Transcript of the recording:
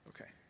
Okay